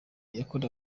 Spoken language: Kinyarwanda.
yakorewe